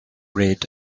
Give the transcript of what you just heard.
read